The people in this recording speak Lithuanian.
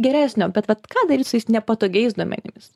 geresnio bet vat ką daryt su tais nepatogiais duomenimis